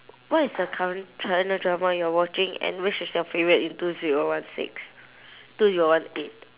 what is the current china drama you're watching and which is your favourite in two zero one six two zero one eight